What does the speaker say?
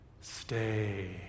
stay